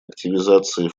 активизации